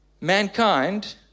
Mankind